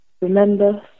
Remember